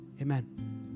Amen